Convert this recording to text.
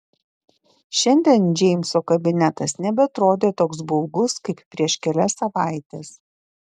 šiandien džeimso kabinetas nebeatrodė toks baugus kaip prieš kelias savaites